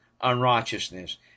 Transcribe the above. unrighteousness